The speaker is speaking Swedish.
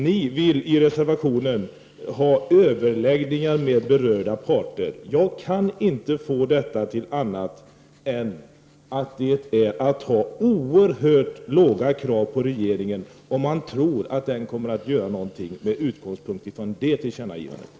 Ni vill i reservationen ha överläggningar med berörda parter. Jag kan inte få detta till annat än att det är att ha oerhört låga krav på regeringen om man tror att den kommer att göra någonting med utgångspunkt i det tillkännagivandet!